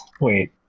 wait